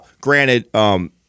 granted –